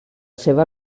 seva